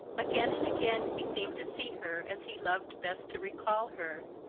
again and again he seemed to see her, as he loved best to recall her,